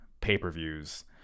pay-per-views